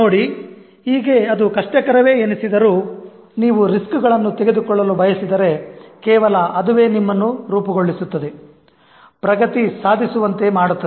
ನೋಡಿ ಹೀಗೆ ಅದು ಕಷ್ಟಕರವೇ ಎನಿಸಿದರೂ ನೀವು ರಿಸ್ಕ್ ಗಳನ್ನು ತೆಗೆದುಕೊಳ್ಳಲು ಬಯಸಿದರೆ ಕೇವಲ ಅದುವೇ ನಿಮ್ಮನ್ನು ರೂಪುಗೊಳ್ಳುತ್ತದೆ ಪ್ರಗತಿ ಸಾಧಿಸುವಂತೆ ಮಾಡುತ್ತದೆ